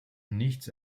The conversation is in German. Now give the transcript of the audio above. nichts